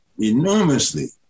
enormously